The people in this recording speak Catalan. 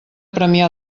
premià